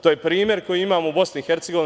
To je primer koji imamo u BiH.